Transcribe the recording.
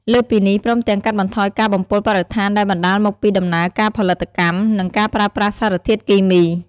លើសពីនេះ ព្រមទាំងកាត់បន្ថយការបំពុលបរិស្ថានដែលបណ្ដាលមកពីដំណើរការផលិតកម្ម និងការប្រើប្រាស់សារធាតុគីមី។